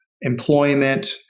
employment